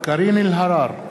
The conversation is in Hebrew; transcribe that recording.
קארין אלהרר,